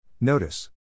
Notice